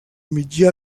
mitjà